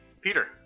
Peter